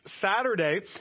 Saturday